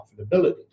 profitability